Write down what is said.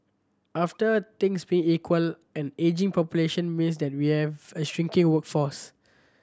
after things being equal an ageing population means that we have a shirking workforce